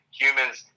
humans